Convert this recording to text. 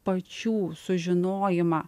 pačių sužinojimą